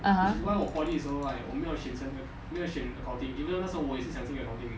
(uh huh)